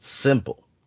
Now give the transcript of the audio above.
simple